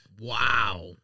Wow